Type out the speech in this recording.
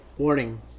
Warning